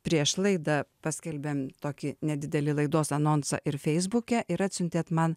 prieš laidą paskelbėm tokį nedidelį laidos anonsą ir feisbuke ir atsiuntėt man